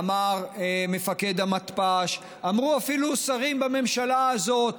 אמר מפקד המתפ"ש, אמרו אפילו שרים בממשלה הזאת: